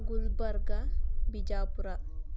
Gulbarga Bijapur